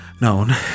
known